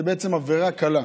שזאת בעצם עבירה קלה.